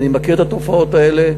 ואני מכיר את התופעות האלה.